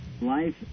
life